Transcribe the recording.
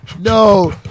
no